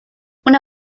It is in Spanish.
una